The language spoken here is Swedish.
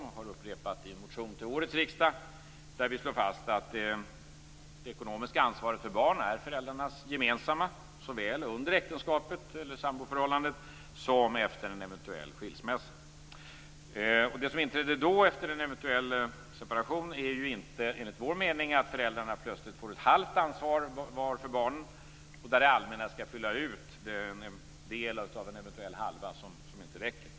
Det har vi upprepat i en motion till årets riksdag. Där slår vi fast att det ekonomiska ansvaret för barnen är föräldrarnas gemensamma, såväl under äktenskapet eller samboförhållandet som efter en eventuell skilsmässa. Det som inträder efter en eventuell separation är, enligt vår mening, inte att föräldrarna plötsligt får ett halvt ansvar var för barnen och att det allmänna skall fylla ut den del av en eventuell halva som inte räcker.